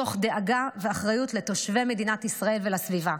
מתוך דאגה ואחריות לתושבי מדינת ישראל ולסביבה.